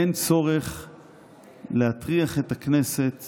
אין צורך להטריח את הכנסת